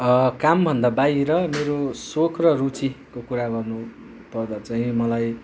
कामभन्दा बाहिर मेरो सोख र रुचिको कुरा गर्नुपर्दा चाहिँ मलाई